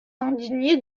indigné